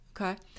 Okay